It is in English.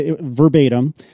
verbatim